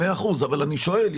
בסדר אבל אני שואל.